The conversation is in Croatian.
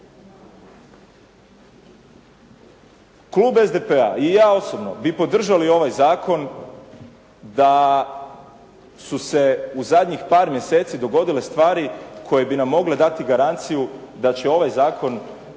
Klub SDP-a i ja osobno bi podržali ovaj zakon da su se u zadnjih par mjeseci dogodile stvari koje bi nam mogle dati garanciju da će ovaj zakon